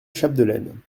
chapdelaine